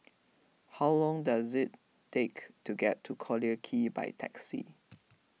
how long does it take to get to Collyer Quay by taxi